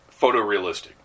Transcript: photorealistic